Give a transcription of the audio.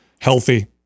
healthy